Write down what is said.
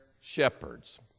shepherds